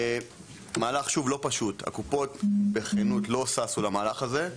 מהלך לא פשוט - הקופות בכנות לא ששו למהלך הזה,